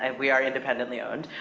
and we are independently owned.